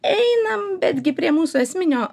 einam betgi prie mūsų esminio